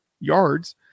yards